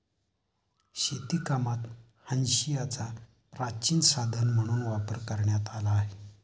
शेतीकामात हांशियाचा प्राचीन साधन म्हणून वापर करण्यात आला आहे